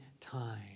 time